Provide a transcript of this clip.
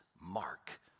mark